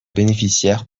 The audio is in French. bénéficiaires